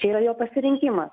čia yra jo pasirinkimas